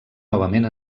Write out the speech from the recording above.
novament